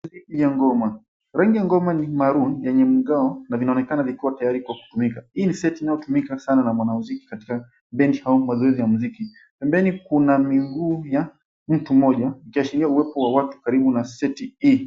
Hii seti ya ngoma. 𝑅angi ya ngoma ni ya [𝑐𝑠]𝑚𝑎𝑟𝑜𝑜𝑛[𝑐𝑠] yenye mgao na vinaonekana vikiwa tayari kwa 𝑘𝑢𝑡𝑢𝑚𝑖𝑘𝑎. 𝐻𝑖i ni seti inayotumika sana na mwanamuziki katika benji au mazoezi ya musiki. Pembeni kuna miguu ya mtu mmoja ikiashiria uwepo wa watu karibu na seti hii.